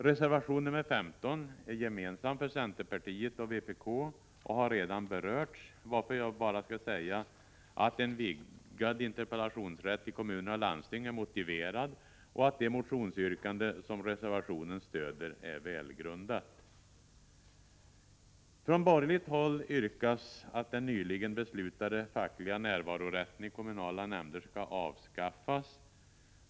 Reservation nr 15 är gemensam för centerpartiet och vpk och har redan berörts, varför jag bara skall säga att en vidgad interpellationsrätt i kommuner och landsting är motiverad och att det motionsyrkande som reservationen stöder är välgrundat. Från borgerligt håll yrkas att den nyligen beslutade fackliga närvarorätten i kommunala nämnder skall avskaffas.